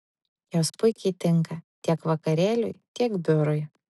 jos puikiai tinka tiek vakarėliui tiek biurui